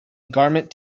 garment